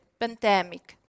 Pandemic